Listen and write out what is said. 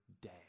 day